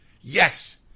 Yes